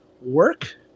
work